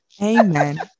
amen